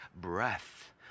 breath